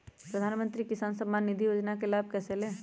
प्रधानमंत्री किसान समान निधि योजना का लाभ कैसे ले?